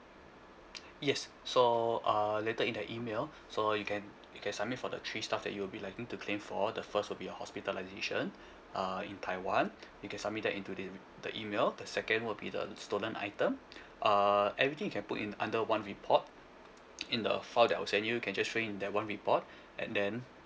yes so uh later in the email so you can you can submit for the three stuff that you'll be likened to claim for the first will be your hospitalisation uh in taiwan you can submit that into the the email the second will be the stolen item uh everything you can put in under one report in the file that I'll send you you can just show in that one report and then